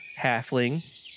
halfling